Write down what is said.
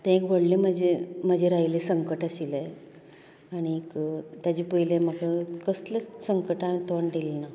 ते एक व्हडले म्हजे म्हजेर आयिल्ले संकट आशिल्ले आनीक तेजे पयलीं म्हाका कसलेंच संकटाक तोंड दिलें ना